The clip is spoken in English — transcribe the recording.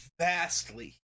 vastly